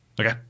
Okay